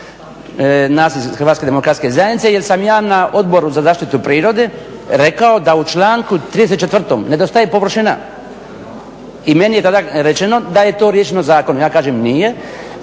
nas iz HDZ-a jer sam ja na Odboru za zaštitu prirode rekao da u članku 34.nedostaje površina i meni je tada rečeno da je to riješeno zakonom. Ja kažem nije